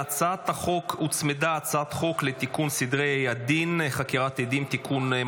להצעת החוק הוצמדה הצעת חוק לתיקון סדרי הדין (חקירת עדים) (תיקון,